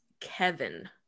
Kevin